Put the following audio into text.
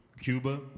Cuba